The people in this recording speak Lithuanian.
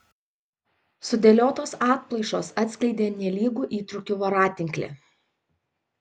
sudėliotos atplaišos atskleidė nelygų įtrūkių voratinklį